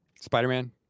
Spider-Man